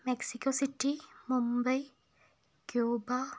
Mexico city Mumbai Cuba